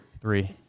Three